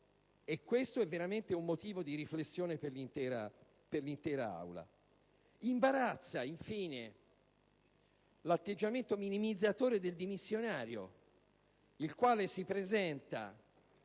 questo è veramente un motivo di riflessione per l'intera Assemblea. Imbarazza, infine, l'atteggiamento minimizzatore del dimissionario, il quale si presenta